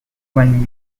one